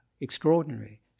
extraordinary